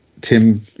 Tim